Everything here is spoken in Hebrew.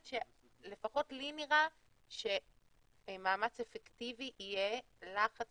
לפחות לי נראה שמאמץ אפקטיבי יהיה לחץ